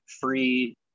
free